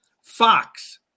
Fox